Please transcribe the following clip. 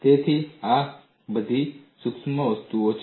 તેથી આ બધી સૂક્ષ્મ વસ્તુઓ છે